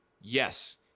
Yes